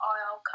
Oil